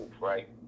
right